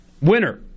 Winner